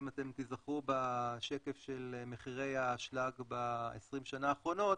אם אתם תיזכרו בשקף של מחירי האשלג ב-20 השנה האחרונות,